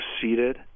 seated